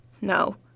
No